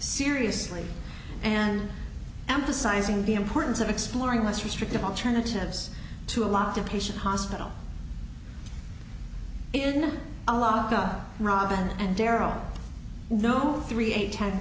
seriously and emphasizing the importance of exploring less restrictive alternatives to a lot of patient hospital in a lot of robin and darryl no three eight ten